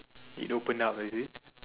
it opened up is it